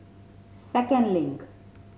Second Link